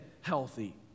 healthy